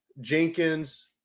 Jenkins